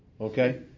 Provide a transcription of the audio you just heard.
okay